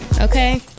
Okay